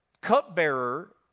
cupbearer